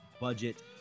budget